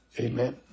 Amen